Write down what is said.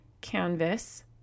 canvas